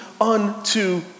unto